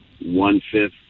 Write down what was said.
one-fifth